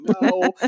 No